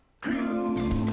Crew